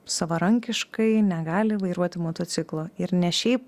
savarankiškai negali vairuoti motociklo ir ne šiaip